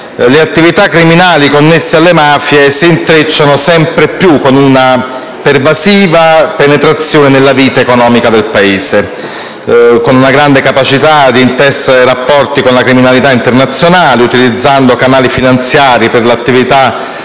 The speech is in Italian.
le attività criminali connesse alle mafie si intrecciano sempre più con una pervasiva penetrazione nella vita economica del Paese, con una grande capacità di intessere rapporti con la criminalità internazionale, utilizzando canali finanziari per l'attività